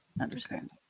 understand